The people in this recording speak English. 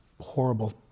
horrible